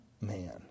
man